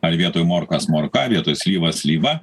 ar vietoj morkas morka vietoj slyvas slyva